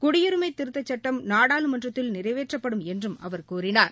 குடியுரிமை திருத்தச் சட்டம் நாடாளுமன்றத்தில் நிறைவேற்றப்படும் என்றும் அவர் கூறினார்